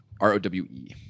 R-O-W-E